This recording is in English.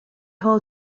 hall